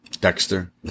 Dexter